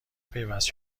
پیوست